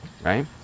right